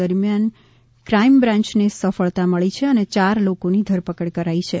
દરમિયાન ક્રાઇમબ્રાન્યને સફળતા મળી છે અને યાર લોકોની ધરપકડ કરાઈ છે